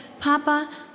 Papa